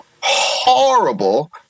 horrible